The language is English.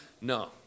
No